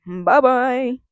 Bye-bye